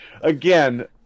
again